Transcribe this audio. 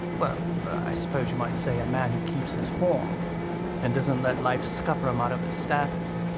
well er i suppose you might say a man who keeps his form and doesn't let life scupper him out of his standards.